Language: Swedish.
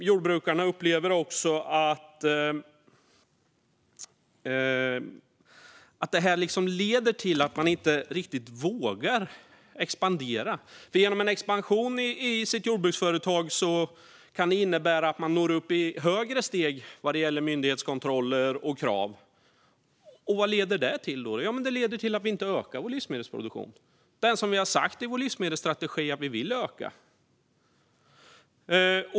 Jordbrukarna upplever också att det här leder till att man inte riktigt vågar expandera. Genom en expansion i sitt jordbruksföretag kan man nå upp till högre steg vad gäller myndighetskontroller och krav. Och vad leder det till? Jo, det leder till att vi inte ökar vår livsmedelsproduktion som vi i vår livsmedelsstrategi har sagt att vi vill öka.